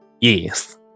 Yes